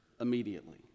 immediately